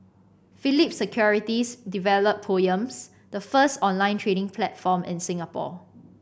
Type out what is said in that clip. Phillip Securities developed Poems the first online trading platform in Singapore